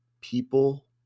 people